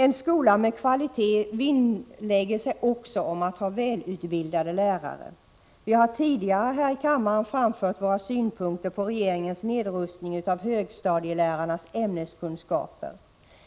En skola med kvalitet vinnlägger sig också om att ha välutbildade lärare. Vi har tidigare här i kammaren framfört våra synpunkter på regeringens nedrustning av högstadielärarnas ämneskunskaper.